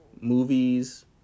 movies